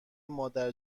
مادر